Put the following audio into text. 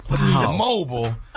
Mobile